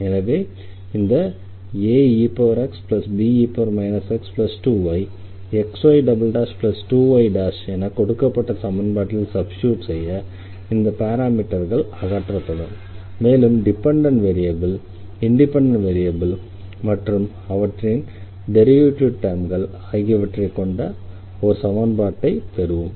எனவே இந்த aexbe x2 ஐ xy2y என கொடுக்கப்பட்ட சமன்பாட்டில் சப்ஸ்டிடியூட் செய்ய இந்த பாராமீட்டர்கள் அகற்றப்படும் மேலும் டிபெண்டண்ட் வேரியபிள் இண்டிபெண்டண்ட் வேரியபிள் அவற்றின் டெரிவேட்டிவ் டெர்ம்கள் ஆகியவற்றைக் கொண்ட ஒரு சமன்பாட்டைப் பெறுவோம்